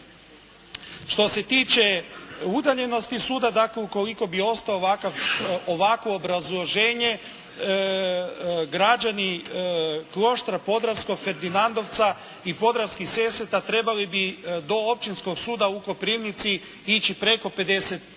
Što se tiče udaljenosti suda. Dakle, ukoliko bi ostalo ovakvo obrazloženje građani Kloštra Podravskog, Ferdinandovca i Podravskih Sesveta trebali bi do Općinskog suda u Koprivnici ići preko 50